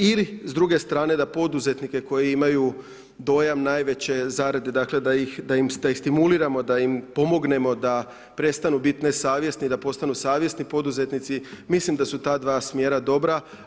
I s druge strane da poduzetnike koji imaju dojam najveće zarade, da ih stimuliramo, da im pomognemo da prestanu biti nesavjesni, da postanu savjesni poduzetnici, mislim da su ta dva smjera dobra.